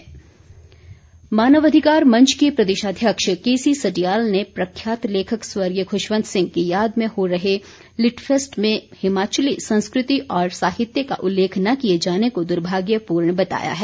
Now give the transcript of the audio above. मानवाधिकार मंच मानवाधिकार मंच के प्रदेशाध्यक्ष केसी सडयाल ने प्रख्यात लेखक स्वर्गीय खुशवंत सिंह की याद में हो रहे लिटफैस्ट में हिमाचली संस्कृति और साहित्य का उल्लेख न किए जाने को दुर्भाग्यपूर्ण बताया है